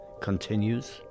continues